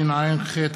הינני מתכבד להודיעכם,